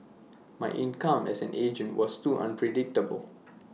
my income as an agent was too unpredictable